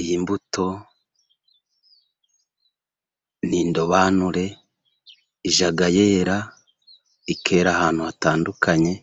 Iyi mbuto ni indobanure, ijya yera ikera ahantu hatandukanye,